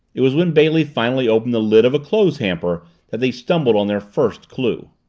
it was when bailey finally opened the lid of a clothes hamper that they stumbled on their first clue.